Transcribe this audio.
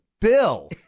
Bill